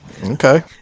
Okay